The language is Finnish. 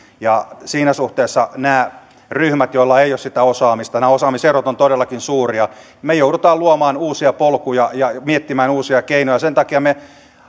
siinä suhteessa näille ryhmille joilla ei ole sitä osaamista nämä osaamiserot ovat todellakin suuria me joudumme luomaan uusia polkuja ja miettimään uusia keinoja ja sen takia me